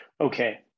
Okay